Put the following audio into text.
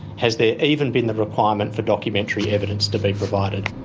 has there even been the requirement for documentary evidence to be provided.